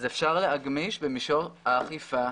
אפשר להגמיש במישור האכיפה.